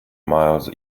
miles